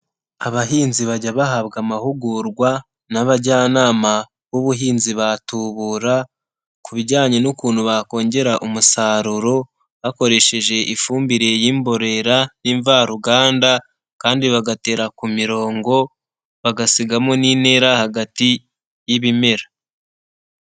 Abahinzi bajya bahabwa amahugurwa n'abajyanama b'ubuhinzi batubura ku bijyanye n'ukuntu bakongera umusaruro bakoresheje ifumbire y'imborera y'imvaruganda kandi bagatera ku mirongo bagasigamo n'intera hagati y'ibimera.